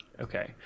Okay